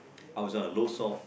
I was on a low salt